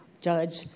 judge